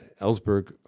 Ellsberg